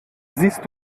siehst